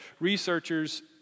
researchers